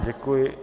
Děkuji.